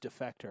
Defector